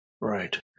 Right